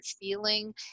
feeling